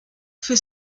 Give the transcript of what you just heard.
für